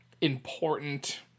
important